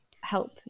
help